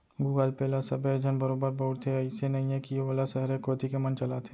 Google Pay ल सबे झन बरोबर बउरथे, अइसे नइये कि वोला सहरे कोती के मन चलाथें